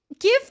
Give